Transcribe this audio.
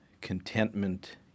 contentment